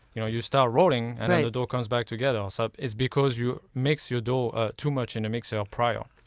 you know you start rolling and the dough comes back together. so it's because you mixed your dough ah too much in the and mixer prior.